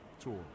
Tour